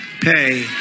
pay